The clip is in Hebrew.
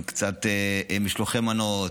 עם קצת משלוחי מנות,